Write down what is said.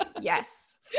yes